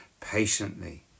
patiently